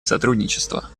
сотрудничество